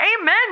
amen